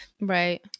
Right